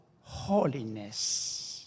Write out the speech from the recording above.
holiness